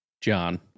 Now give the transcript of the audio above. John